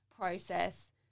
process